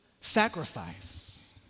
sacrifice